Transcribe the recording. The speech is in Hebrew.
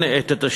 יציג את הצעת